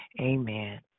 Amen